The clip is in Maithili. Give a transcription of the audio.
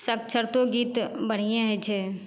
साक्षरतो गीत बढ़िएँ होइ छै